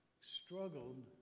struggled